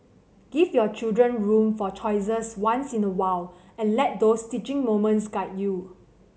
give your children room for choices once in a while and let those teaching moments guide you